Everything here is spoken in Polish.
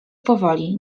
powoli